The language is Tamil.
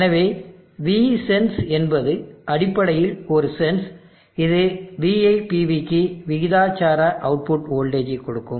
எனவே V சென்ஸ் என்பது அடிப்படையில் ஒரு சென்ஸ் இது VIPVக்கு விகிதாசார அவுட்புட் வோல்டேஜை கொடுக்கும்